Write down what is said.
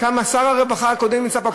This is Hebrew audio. שר הרווחה הקודם נמצא פה,